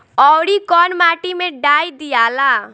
औवरी कौन माटी मे डाई दियाला?